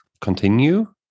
continue